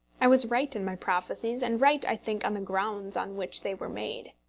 i was right in my prophecies, and right, i think, on the grounds on which they were made.